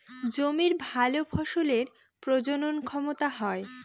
জমির ভালো ফসলের প্রজনন ক্ষমতা হয়